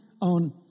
on